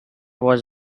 was